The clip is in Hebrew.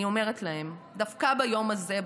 אני אומרת להם דווקא ביום הזה,